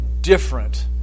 different